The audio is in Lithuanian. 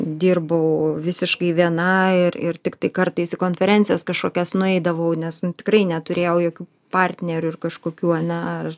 dirbau visiškai viena ir ir tiktai kartais į konferencijas kažkokias nueidavau nes nu tikrai neturėjau jokių partnerių ir kažkokių ane ar